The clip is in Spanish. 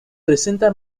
presenta